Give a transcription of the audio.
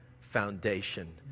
foundation